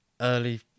early